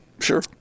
Sure